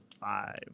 five